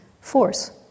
force